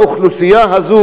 לאוכלוסייה הזו,